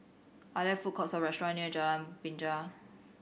are there food courts or restaurants near Jalan Binja